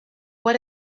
what